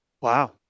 Wow